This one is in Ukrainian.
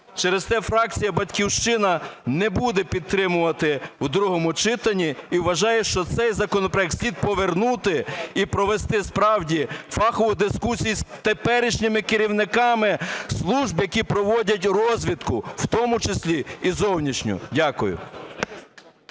Через те фракція "Батьківщина" не буде підтримувати в другому читанні і вважає, що цей законопроект слід повернути і провести справді фахові дискусії з теперішніми керівниками служб, які проводять розвідку, в тому числі і зовнішню. Дякую.